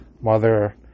mother